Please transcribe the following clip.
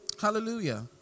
Hallelujah